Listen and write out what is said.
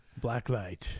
Blacklight